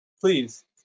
please